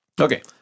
Okay